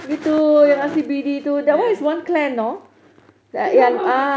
uh ya